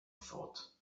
thought